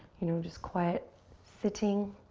you know, just quiet sitting.